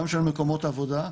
גם של מקומות העבודה,